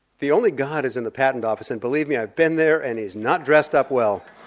the only god is in the patent office, and believe me i've been there and he's not dressed up well.